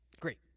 Great